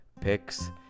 picks